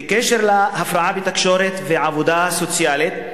בקשר להפרעות בתקשורת ועבודה סוציאלית,